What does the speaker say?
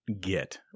get